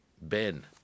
Ben